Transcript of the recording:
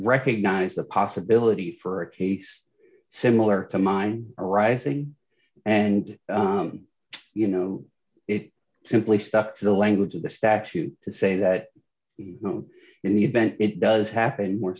recognize the possibility for a case similar to mine arising and you know it simply stuck to the language of the statute to say that we know in the event it does happen